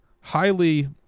highly